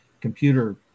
computer